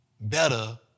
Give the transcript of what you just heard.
better